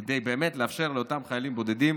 כדי באמת לאפשר לאותם חיילים בודדים,